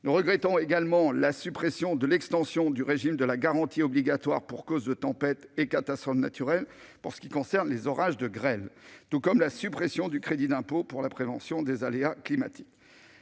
Nous regrettons également la suppression de l'extension du régime de la garantie obligatoire pour cause de tempêtes et catastrophes naturelles pour ce qui concerne les orages de grêle, tout comme la suppression du crédit d'impôt pour la prévention des aléas climatiques.